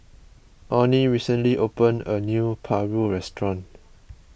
Onnie recently opened a new Paru restaurant